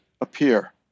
appear